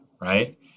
right